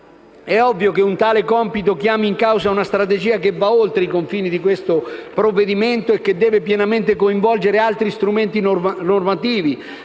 È ovvio che un tale compito chiami in causa una strategia che va oltre i confini del provvedimento in esame e che deve pienamente coinvolgere altri strumenti normativi,